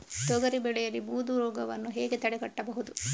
ತೊಗರಿ ಬೆಳೆಯಲ್ಲಿ ಬೂದು ರೋಗವನ್ನು ಹೇಗೆ ತಡೆಗಟ್ಟಬಹುದು?